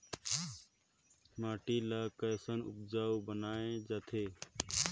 माटी ला कैसन उपजाऊ बनाय जाथे?